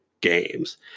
games